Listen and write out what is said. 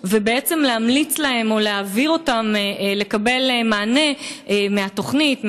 ובעצם להמליץ להן או להעביר אותן לקבל מענה מהתוכנית,